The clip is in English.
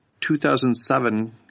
2007